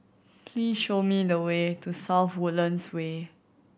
please show me the way to South Woodlands Way